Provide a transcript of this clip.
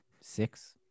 Six